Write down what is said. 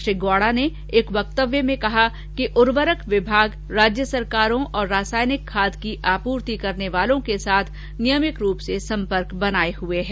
श्री गौड़ा ने एक वक्तव्य में कहा कि उर्वरक विभाग राज्य सरकारों और रासायनिक खाद की आपूर्ति करने वालों के साथ नियमित रूप से संपर्क बनाए हुए है